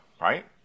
right